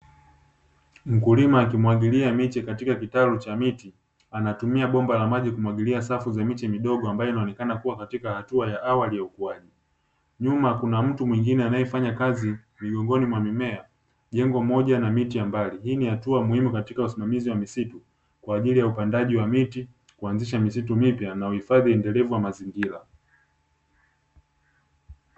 Mkulima akimwagilia miche katika kitalu cha miti, anatumia bomba la maji kumwagilia safu za miche midogo ambayo inaonekana kuwa katika hatua za awali ya ukuaji, nyuma kuna mtu mwingine anaefanya kazi miongoni mwa mimea jengo moja na miti ya mbali, hii ni hatua muhimu katika usimamizi wa misitu kwaajili ya upandaji wa miti, kuanzisha misitu mipya na uhifadhi endelevu wa mazingiara.